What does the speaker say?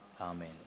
Amen